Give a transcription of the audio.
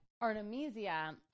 Artemisia